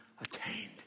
attained